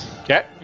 Okay